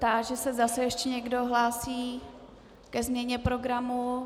Táži se, zda se ještě někdo hlásí ke změně programu.